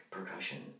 Percussion